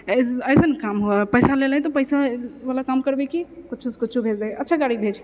अइसन काम हुअए हइ पैसा लेले हइ तऽ पैसावला काम करबिहीँ कि किछुसँ किछु भेज दै अच्छा गाड़ी भेज